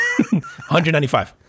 195